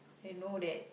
I know that